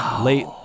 late